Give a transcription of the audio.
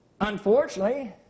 unfortunately